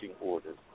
orders